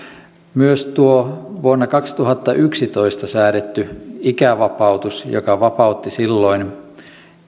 myös tuo vuonna kaksituhattayksitoista säädetty ikävapautus joka vapautti silloin